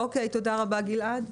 אוקיי, תודה רבה גלעד.